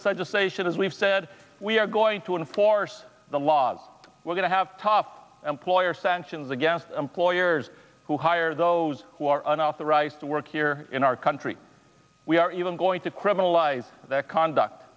just say should as we've said we are going to enforce the laws we're going to have tough employer sanctions against employers who hire those who are unauthorized to work here in our country we are even going to criminalize that conduct